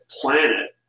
planet